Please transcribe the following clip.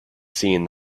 seen